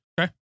Okay